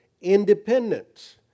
independence